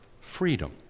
freedom